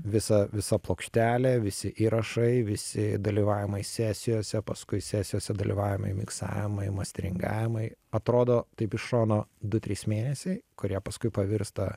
visa visa plokštelė visi įrašai visi dalyvavimai sesijose paskui sesijose dalyvavimai miksavimai mastringavimai atrodo taip iš šono du trys mėnesiai kurie paskui pavirsta